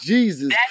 Jesus